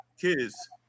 kids